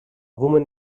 woman